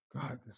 God